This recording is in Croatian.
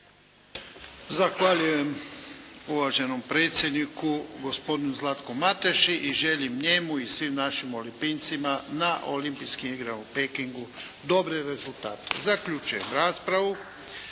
Zahvaljujem uvaženom predsjedniku, gospodinu Zlatku Mateši i želim njemu i svim našim olimpijcima na Olimpijskim igrama u Pekingu dobre rezultate. Zaključujem raspravu.